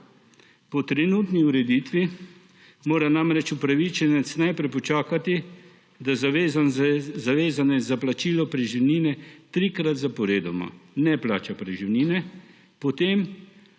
Po trenutni ureditvi mora namreč upravičenec najprej počakati, da zavezanec za plačilo preživnine trikrat zaporedoma ne plača preživnine, potem